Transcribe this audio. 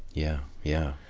yeah. yeah.